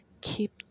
keep